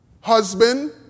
husband